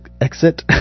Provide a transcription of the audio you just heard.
exit